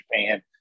Japan